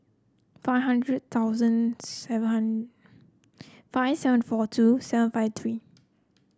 five hundred thousand seven five seven four two seven five three